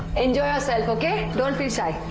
enjoy yourself. okay?